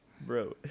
Bro